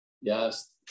yes